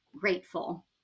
grateful